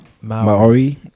Maori